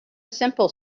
simple